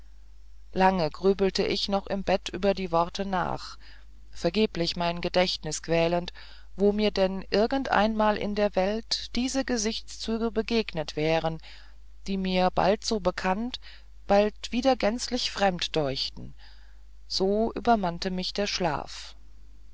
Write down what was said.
lang grübelte ich noch im bett über die worte nach vergeblich mein gedächtnis quälend wo mir denn irgendeinmal in der welt diese gesichtszüge begegnet wären die mir bald so bekannt bald wieder gänzlich fremde deuchten so übermannte mich der schlaf